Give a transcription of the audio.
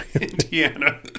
Indiana